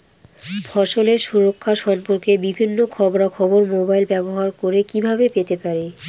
ফসলের সুরক্ষা সম্পর্কে বিভিন্ন খবরা খবর মোবাইল ব্যবহার করে কিভাবে পেতে পারি?